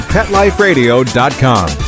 PetLifeRadio.com